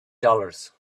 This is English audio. dollars